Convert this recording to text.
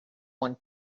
one